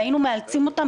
היינו מאלצים אותם.